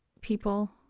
people